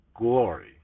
glory